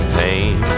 pain